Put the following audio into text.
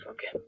Okay